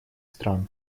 стран